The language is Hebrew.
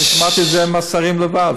אבל שמעתי את זה מהשרים לבד,